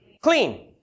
Clean